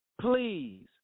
please